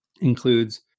includes